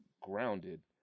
grounded